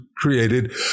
created